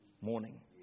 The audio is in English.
morning